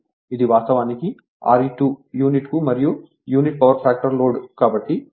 ఇది వాస్తవానికి Re2 unit కు మరియు యూనిటీ పవర్ ఫ్యాక్టర్ లోడ్ కాబట్టి cos ∅ 1